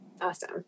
Awesome